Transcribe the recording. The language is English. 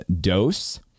Dose